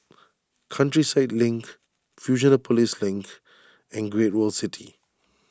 Countryside Link Fusionopolis Link and Great World City